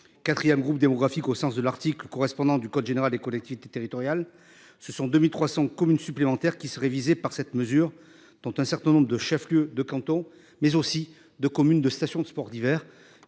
4ème groupe démographique au sens de l'article correspondant du code général des collectivités territoriales, ce sont 2300 communes supplémentaires qui seraient visés par cette mesure, dont un certain nombre de chef-, lieu de canton mais aussi de communes de stations de sports d'hiver